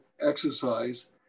exercise